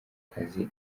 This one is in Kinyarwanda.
kazi